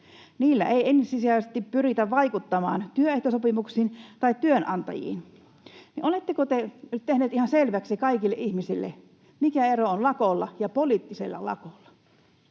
niillä ei ensisijaisesti pyritä vaikuttamaan työehtosopimuksiin tai työnantajiin. Oletteko te nyt tehneet ihan selväksi kaikille ihmisille, mikä ero on lakolla ja poliittisella lakolla?